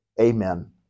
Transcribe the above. Amen